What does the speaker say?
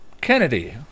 Kennedy